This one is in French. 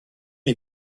les